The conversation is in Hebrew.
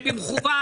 זה נעשה במכוון,